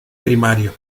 primario